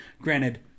granted